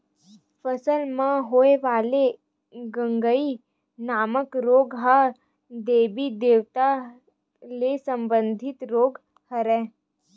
फसल म होय वाले गंगई नामक रोग ह देबी देवता ले संबंधित रोग हरय